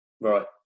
right